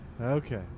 Okay